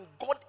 God